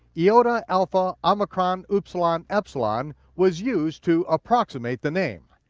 yeah iota, alpha omicron, upsilon, epsilon, was used to approximate the name.